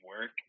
work